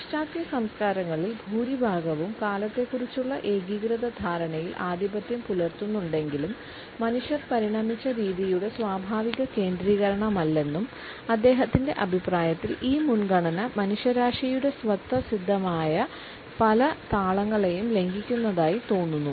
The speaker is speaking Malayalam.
പാശ്ചാത്യ സംസ്കാരങ്ങളിൽ ഭൂരിഭാഗവും കാലത്തെക്കുറിച്ചുള്ള ഏകീകൃത ധാരണയിൽ ആധിപത്യം പുലർത്തുന്നുണ്ടെങ്കിലും മനുഷ്യർ പരിണമിച്ച രീതിയുടെ സ്വാഭാവിക കേന്ദ്രീകരണമല്ലെന്നും അദ്ദേഹത്തിന്റെ അഭിപ്രായത്തിൽ ഈ മുൻഗണന മനുഷ്യരാശിയുടെ സ്വതസിദ്ധമായ പല താളങ്ങളെയും ലംഘിക്കുന്നതായി തോന്നുന്നു